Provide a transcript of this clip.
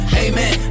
amen